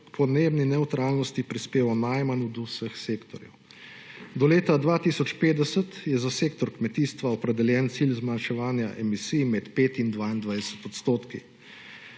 podnebni nevtralnosti prispeval najmanj od vseh sektorjev. Do leta 2050 je za sektor kmetijstva opredeljen cilj zmanjševanja emisij med 5